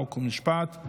חוק ומשפט.